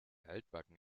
altbacken